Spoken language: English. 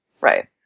right